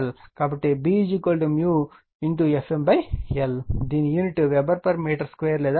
కాబట్టి B Fm l దీని unit లు వెబెర్మీటర్2లేదా టెస్లా